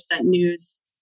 news